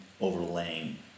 overlaying